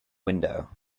window